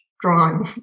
drawing